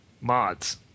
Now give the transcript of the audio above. mods